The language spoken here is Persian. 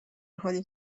حالی